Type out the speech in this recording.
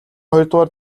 хоёрдугаар